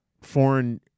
foreign